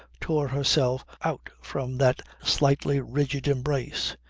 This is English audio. tore herself out from that slightly rigid embrace.